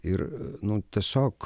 ir nu tiesiog